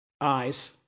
eyes